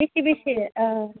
बेसे बेसे औ